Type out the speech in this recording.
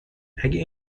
اگه